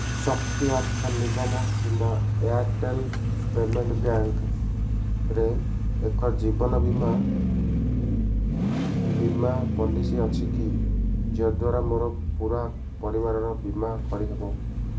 ଶକ୍ତି ଅର୍ଥ ନିଗମ କିମ୍ବା ଏୟାର୍ଟେଲ୍ ପେମେଣ୍ଟ ବ୍ୟାଙ୍କରେ ଏକ ଜୀବନ ବୀମା ବୀମା ପଲିସି ଅଛି କି ଯଦ୍ଵାରା ମୋର ପୂରା ପରିବାରର ବୀମା କରିହେବ